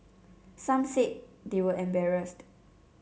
some said they were embarrassed